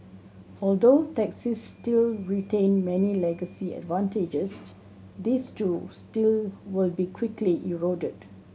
although taxis still retain many legacy advantages these too still will be quickly eroded